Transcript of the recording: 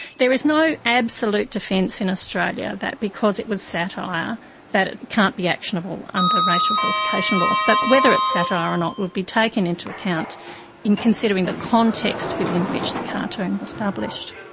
there is no absolute defence in australia that because it was satire that it can't be actionable under racial vilification laws, but whether it's satire or not would be taken into account in considering the context within which the cartoon was published.